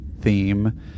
theme